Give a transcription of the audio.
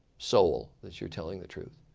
soul that you're telling the truth?